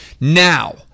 Now